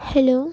hello